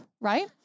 right